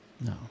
No